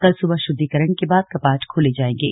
कल सुबह शुद्धिकरण के बाद कपाट खोले जाएंगे